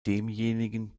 demjenigen